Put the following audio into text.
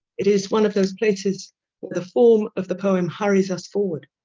it is one of those places where the form of the poem hurries us forward